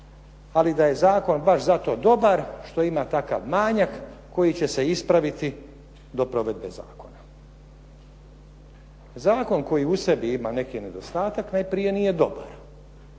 ali da je zakona baš zato dobar što ima takav manjak koji će se ispraviti do provedbe zakona. Zakon koji u sebi ima neki nedostatak, najprije nije dobar.